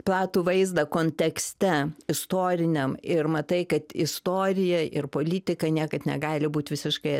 platų vaizdą kontekste istoriniam ir matai kad istorija ir politikai niekad negali būt visiškai